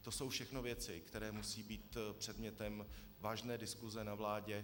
To jsou všechno věci, které musí být předmětem vážné diskuse na vládě.